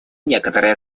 некоторое